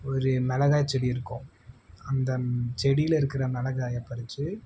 ஒரு மிளகா செடி இருக்கும் அந்த செடியில் இருக்கிற மிளகாய பறித்து